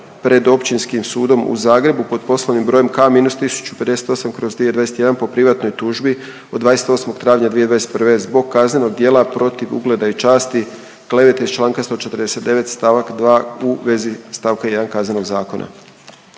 pred Općinskim sudom u Zagrebu pod poslovnim brojem K-1058/2021 po privatnoj tužbi od 28. travnja 2021. zbog kaznenog djela protiv ugleda i časti, klevete iz čl. 149 st. 2 u vezi st. 1 Kaznenog zakona.